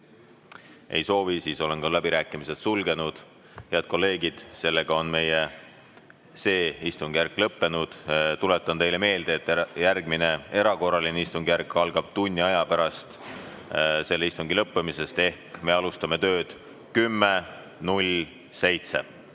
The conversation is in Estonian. Ei soovi. Siis olen ma ka läbirääkimised sulgenud. Head kolleegid, sellega on meie see istungjärk lõppenud. Tuletan teile meelde, et järgmine erakorraline istungjärk algab ühe tunni pärast selle istungi lõppemisest, ehk me alustame tööd 10.07.